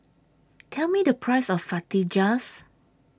Tell Me The Price of